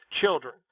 children